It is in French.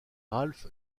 ralph